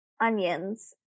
onions